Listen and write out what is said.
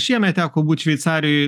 šiemet teko būt šveicarijoj